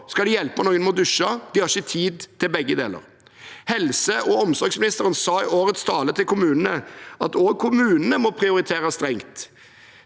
Skal de hjelpe noen med å dusje? De har ikke tid til begge deler. Helse- og omsorgsministeren sa i årets tale til kommunene at også kommunene må prioritere strengt.